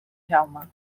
jaume